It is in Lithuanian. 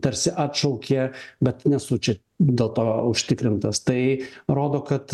tarsi atšaukė bet nesu čia dėl to užtikrintas tai rodo kad